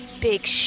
big